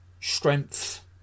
strength